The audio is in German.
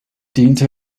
diente